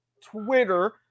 Twitter